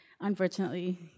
unfortunately